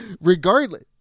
regardless